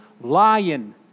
lion